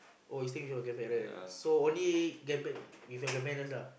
oh you staying with your grandparents so only grandparent with your grandparents lah